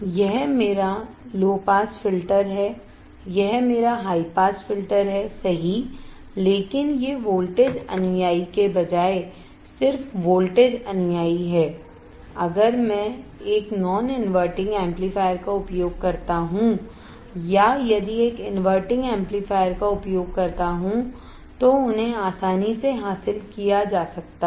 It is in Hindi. यह मेरा लो पास फिल्टर है यह मेरा हाई पास फिल्टर हैसही लेकिन ये वोल्टेज अनुयायी के बजाय सिर्फ वोल्टेज अनुयायी हैं अगर मैं एक non inverting एम्पलीफायर का उपयोग करता हूं या यदि एक inverting एम्पलीफायर का उपयोग करता हूं तो उन्हें आसानी से हासिल किया जा सकता है